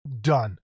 done